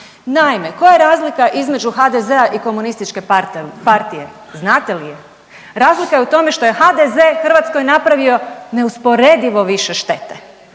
Naime, koja je razlika između HDZ-a i komunističke partije. Znate li je? Razlika je u tome što je HDZ Hrvatskoj napravio neusporedivo više štete.